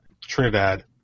Trinidad